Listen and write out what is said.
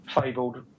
fabled